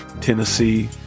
tennessee